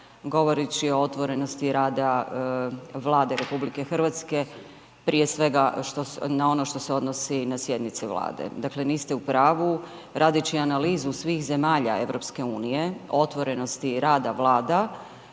govoreći o otvorenosti rada Vlade RH prije svega na ono što se odnosi na sjednici Vlade. Dakle niste u pravu, radeći analizu svih zemalja EU, otvorenosti i rada Vlada,